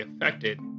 affected